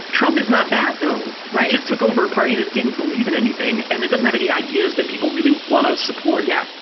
trump is not that, though, right? just took over a party that didn't believe in anything. and it doesn't have any ideas that people really want to support yeah,